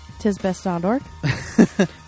tisbest.org